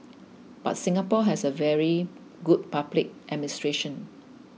but Singapore has very good public administration